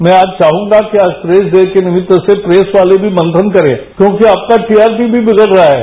मैं आज चाहूंगा कि आज प्रेस डे के अवसर पर प्रेस वाले भी मंथन करे क्योंकि आपका टीआरपी भी बिगड़ रहा है